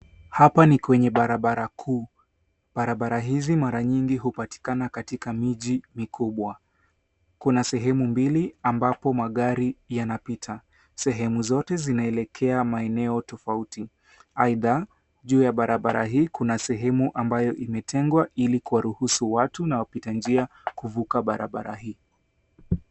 Hapa ni kwenye barabara kuu. Barabara hizi mara nyingi hupatikana katika miji mikubwa. Kuna sehemu mbili ambapo magari yanapita. Sehemu zote zinaelekea maeneo tofauti. Aidha juu ya barabara hii kuna sehemu ambayo imetengwa ili kuwaruhusu watu na wapita njia kuvuka barabara hii.